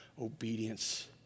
obedience